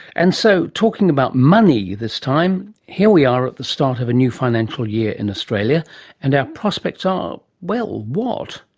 and so talking about money this time here we are at the start of a new financial year in australia and our prospects are, well what?